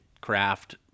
craft